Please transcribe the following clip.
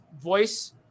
voice